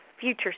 future